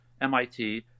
MIT